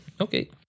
Okay